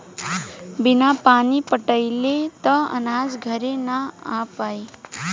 बिना पानी पटाइले त अनाज घरे ना आ पाई